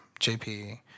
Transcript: JP